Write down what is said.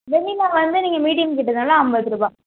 வெண்ணிலா வந்து நீங்கள் மீடியம் கேட்டதுனால ஐம்பது ரூபா